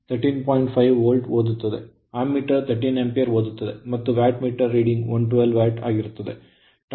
5 volt ಓದುತ್ತದೆ ammeter 13 ampere ಓದುತ್ತದೆ ಮತ್ತು ವ್ಯಾಟ್ ಮೀಟರ್ ರೀಡಿಂಗ್ 112 ವ್ಯಾಟ್ ಆಗಿರುತ್ತದೆ